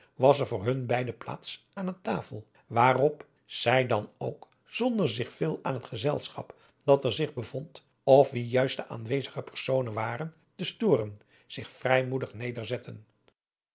was er voor hun beide plaats aan eene tafel waarop zij dan ook zonder zich veel aan het gezelschap dat er zich bevond of wie juist de aanwezige personen waren te storen zich